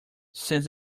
since